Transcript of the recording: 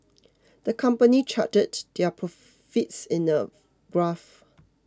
the company charted their profits in a graph